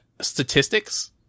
statistics